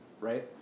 right